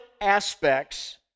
aspects